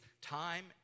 time